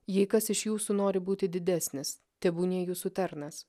jai kas iš jūsų nori būti didesnis tebūnie jūsų tarnas